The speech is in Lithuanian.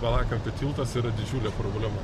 valakampių tiltas yra didžiulė problema